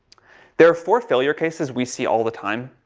there are four failure cases we see all the time,